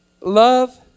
Love